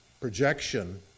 projection